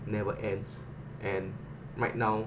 never ends and right now